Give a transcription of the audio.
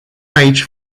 aici